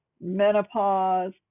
menopause